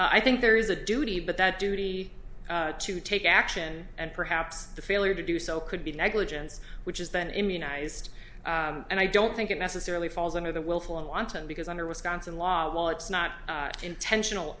i think there is a duty but that duty to take action and perhaps the failure to do so could be negligence which is then immunized and i don't think it necessarily falls under the willful and wanton because under wisconsin law while it's not intentional